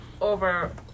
over